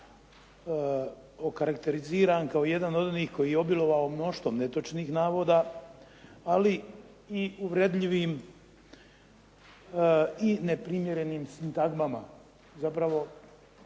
govor okarakteriziram kao jedan od onih koji je obilovao mnoštvom netočnih navoda ali i uvredljivim i neprimjerenim sintagmama, zapravo